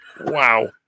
Wow